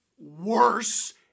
worse